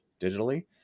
digitally